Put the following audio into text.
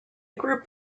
group